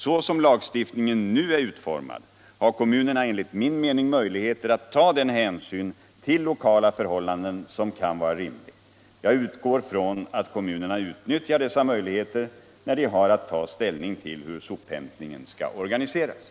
Så som lagstiftningen nu är utformad har kommunerna enligt min mening möjligheter att ta den hänsyn till lokala förhållanden som kan vara rimlig. Jag utgår från att kommunerna utnyttjar dessa möjligheter när de har att ta ställning till hur sophämtningen skall organiseras.